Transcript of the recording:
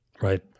Right